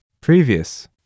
Previous